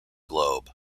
globe